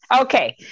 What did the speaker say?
Okay